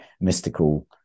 mystical